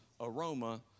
aroma